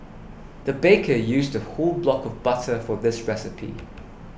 the baker used whole block of butter for this recipe